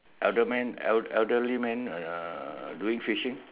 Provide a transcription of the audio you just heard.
elder man el~ elderly man uh doing fishing